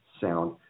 sound